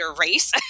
race